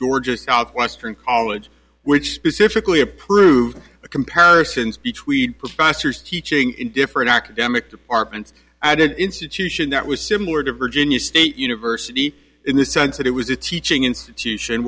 georgia southwestern college which specifically approved comparisons between professors teaching in different academic departments institution that was similar to virginia state university in the sense that it was a teaching institution